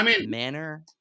manner